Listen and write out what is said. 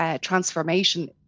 transformation